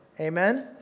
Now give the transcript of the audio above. Amen